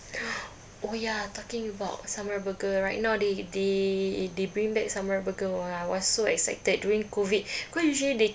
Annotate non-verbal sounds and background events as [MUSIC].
[NOISE] oh ya talking about samurai burger right now they they they bring back samurai burger !wah! I was so excited during COVID cause usually they